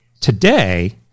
today